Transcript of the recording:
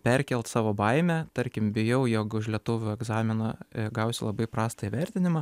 perkelt savo baimę tarkim bijau jog už lietuvių egzaminą gausiu labai prastą įvertinimą